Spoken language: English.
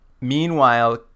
Meanwhile